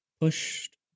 pushed